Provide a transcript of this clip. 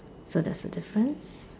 so that's the difference